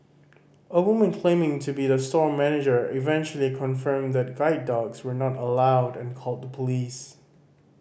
a woman claiming to be the store manager eventually confirmed that guide dogs were not allowed and called the police